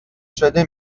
شده